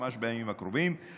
ממש בימים הקרובים,